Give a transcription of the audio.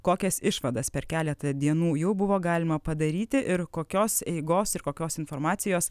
kokias išvadas per keletą dienų jau buvo galima padaryti ir kokios eigos ir kokios informacijos